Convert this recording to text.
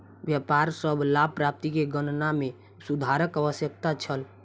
व्यापार सॅ लाभ प्राप्ति के गणना में सुधारक आवश्यकता छल